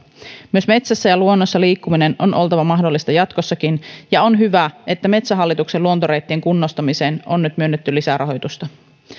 myös metsässä ja luonnossa liikkumisen on oltava mahdollista jatkossakin ja on hyvä että metsähallituksen luontoreittien kunnostamiseen on nyt myönnetty lisää rahoitusta